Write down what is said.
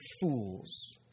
fools